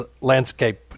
landscape